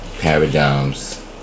Paradigms